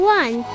one